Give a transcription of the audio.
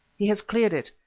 he has cleared it,